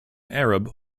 arab